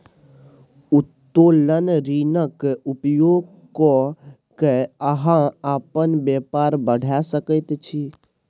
उत्तोलन ऋणक उपयोग क कए अहाँ अपन बेपार बढ़ा सकैत छी